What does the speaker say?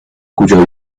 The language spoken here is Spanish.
cuya